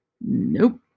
nope